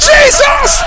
Jesus